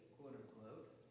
quote-unquote